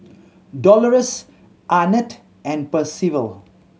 Dolores Arnett and Percival